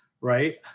right